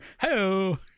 Hello